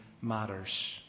matters